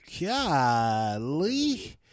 golly